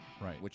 Right